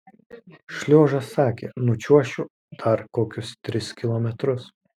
šliožas sakė nučiuošiu dar kokius tris kilometrus